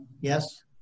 Yes